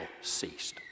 ceased